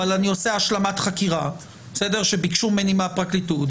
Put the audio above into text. אבל אני עושה השלמת חקירה שביקשו ממני מהפרקליטות,